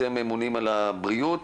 אתם ממונים על הבריאות.